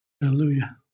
hallelujah